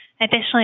Additionally